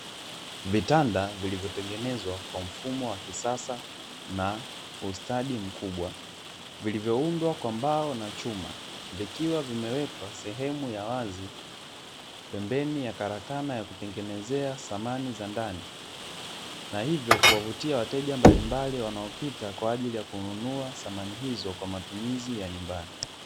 Vitanda vilivyotengenezwa kwa mfumo wa kisasa na ustadi mkubwa vilivyoundwa kwa mbao na chuma, vikiwa vimewekwa sehemu ya wazi pembeni ya karakana ya kutengenezea samani za ndani na hivyo kuwavutia wateja mbalimbali wanaopita, kwa ajili ya kununua samani hizo kwa matumizi ya nyumbani.